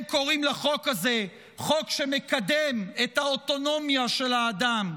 הם קוראים לחוק הזה חוק שמקדם את האוטונומיה של האדם,